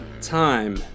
time